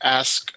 ask